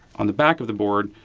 on the back of the board,